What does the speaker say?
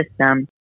system